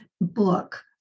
book